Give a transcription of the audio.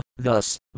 Thus